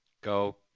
Go